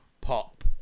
pop